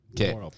Okay